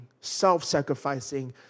self-sacrificing